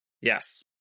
Yes